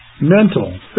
mental